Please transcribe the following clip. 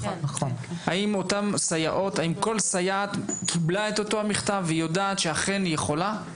האם כל סייעת קיבלה את המכתב והיא יודעת שאכן היא יכולה?